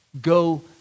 go